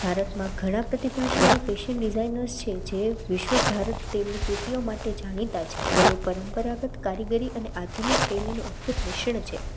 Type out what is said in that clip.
ભારતમાં ઘણા પ્રતિભાશાળી ફેશન ડિઝાઇનર્સ છે જે વિશ્વભર તેની કૃતિઓ માટે જાણીતા છે તેઓ પરંપરાગત કારીગરી અને આધુનિક શૈલીનું અદ્ભૂત મિશ્રણ છે